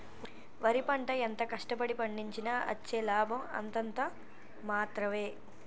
వరి పంట ఎంత కష్ట పడి పండించినా అచ్చే లాభం అంతంత మాత్రవే